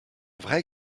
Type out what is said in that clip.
vrai